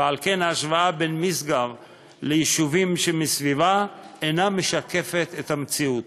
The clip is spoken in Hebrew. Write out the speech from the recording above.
ולכן ההשוואה בין משגב ליישובים שמסביבה אינה משקפת את המצב,